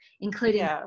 including